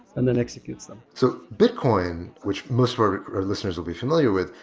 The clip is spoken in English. and then executes them so bitcoin, which most of our listeners would be familiar with.